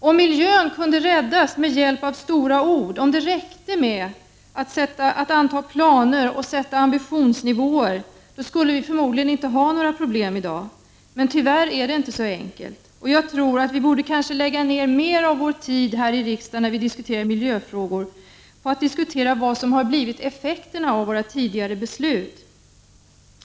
Om miljön kunde räddas med hjälp av stora ord, om det räckte att anta planer och sätta upp ambitionsnivåer, skulle vi i dag förmodligen inte ha några problem. Men tyvärr är det inte så enkelt. Jag tror att vi när vi diskute 83 rar miljöfrågor här i riksdagen kanske borde lägga ned mer av vår tid på att diskutera vad som har blivit effekterna av våra tidigare beslut.